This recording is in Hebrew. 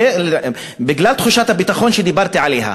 בגלל תחושת הביטחון שדיברתי עליה.